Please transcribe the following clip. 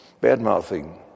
bad-mouthing